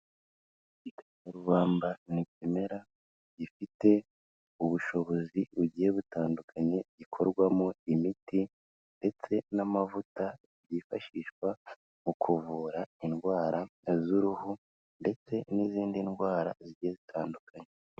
Igikakarubamba ni ikimera gifite ubushobozi bugiye butandukanye gikorwamo imiti ndetse n'amavuta, byifashishwa mu kuvura indwara z'uruhu ndetse n'izindi ndwara zigiye zitandukanye.